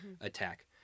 attack